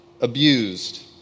abused